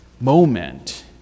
moment